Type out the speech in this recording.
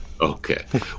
okay